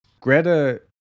Greta